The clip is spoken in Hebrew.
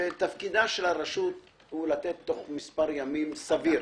שתפקיד הרשות הוא לתת תוך מספר ימים סביר.